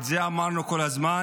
את זה אמרנו כל הזמן.